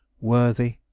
worthy